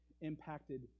impacted